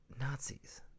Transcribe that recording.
Nazis